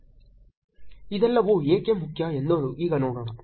ಇದೆಲ್ಲವೂ ಏಕೆ ಮುಖ್ಯ ಎಂದು ಈಗ ನೋಡೋಣ